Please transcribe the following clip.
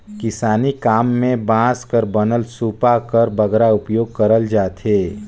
किसानी काम मे बांस कर बनल सूपा कर बगरा उपियोग करल जाथे